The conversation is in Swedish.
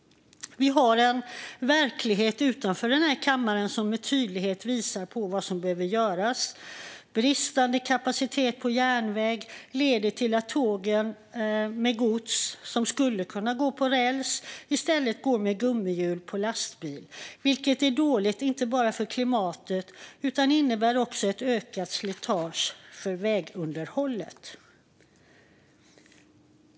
Vi har en verklighet utanför kammaren som med tydlighet visar vad som behöver göras. Bristande kapacitet på järnväg leder till att tåg med gods som skulle kunna gå på räls i stället går med gummihjul på lastbil. Det är inte bara dåligt för klimatet utan innebär också ett ökat slitage på vägarna.